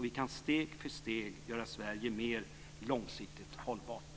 Vi kan steg för steg göra Sverige mer långsiktigt hållbart.